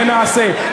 ונעשה,